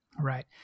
Right